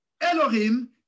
Elohim